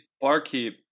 barkeep